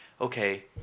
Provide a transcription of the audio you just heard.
okay